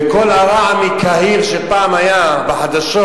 ו"קול הרעם" מקהיר, שפעם היה בחדשות,